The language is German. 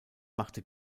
machte